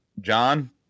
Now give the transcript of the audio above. John